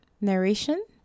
narration